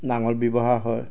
নাঙল ব্যৱহাৰ হয়